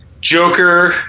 Joker